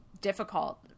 difficult